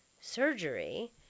surgery